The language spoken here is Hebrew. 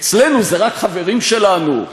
אצלנו זה רק חברים שלנו,